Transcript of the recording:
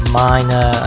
minor